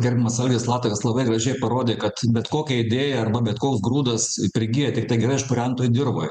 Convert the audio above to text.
gerbiamas algis latakas labai gražiai parodė kad bet kokia idėja arba bet koks grūdas prigyja tiktai gerai išpurentoj dirvoj